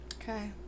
Okay